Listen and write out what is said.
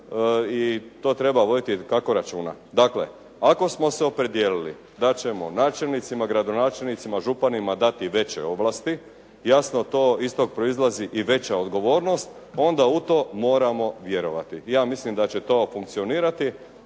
i to treba voditi tako računa. Dakle, ako smo se opredijeli da ćemo načelnicima, gradonačelnicima, županima dati veće ovlasti, jasno iz tog proizlazi i veća odgovornost, onda u to moramo vjerovati. Ja mislim da će to funkcionirati,